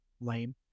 lame